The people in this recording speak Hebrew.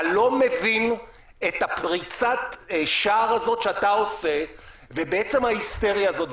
אתה לא מבין את פריצת השער הזאת שאתה עושה בעצם ההיסטריה הזאת.